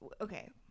okay